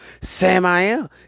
Sam-I-Am